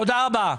תודה רבה.